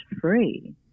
free